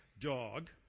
dog